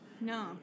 No